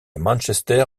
manchester